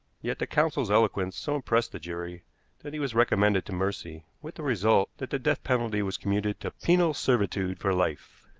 yet the counsel's eloquence so impressed the jury that he was recommended to mercy, with the result that the death penalty was commuted to penal servitude for life.